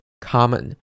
common